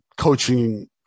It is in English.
coaching